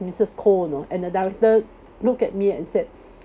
missus koh you know and the director look at me and said